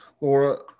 Laura